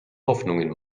hoffnungen